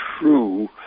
true